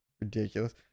Ridiculous